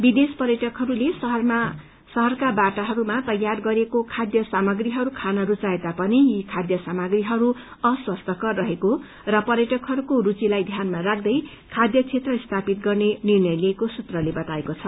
विदेशी पर्यटकहस्ले शहरका बाटोहस्मा तयार गरिएको खाय सामग्रीहरू खान रूचाए तापनि यी खाय सामग्रीहरू अस्वस्थकर रहेको र पर्यटकहरूको रूचीलाई ध्यानमा राख्दै खाद्य क्षेत्र स्थापित गर्ने निर्णय लिएको सूत्रले बताएको छ